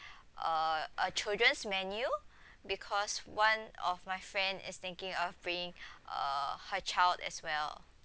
uh a children's menu because one of my friend is thinking of bringing uh her child as well